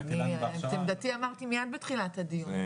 את עמדתי אמרתי מיד בתחילת הדיון,